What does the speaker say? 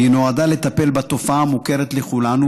והיא נועדה לטפל בתופעה המוכרת לכולנו,